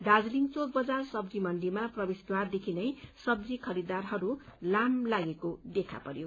दार्जीलिङ चोक बजार सब्जी मण्डीमा प्रवेशद्वारदेखि नै सब्जी खरीददारहरू लाम लागेको देखा परयो